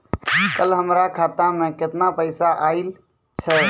कल हमर खाता मैं केतना पैसा आइल छै?